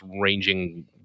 ranging